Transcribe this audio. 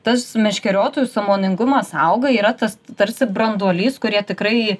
tas meškeriotojų sąmoningumas auga yra tas tarsi branduolys kurie tikrai